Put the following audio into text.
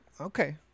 Okay